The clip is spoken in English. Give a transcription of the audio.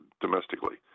domestically